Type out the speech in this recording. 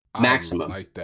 maximum